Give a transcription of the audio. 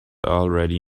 already